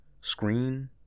screen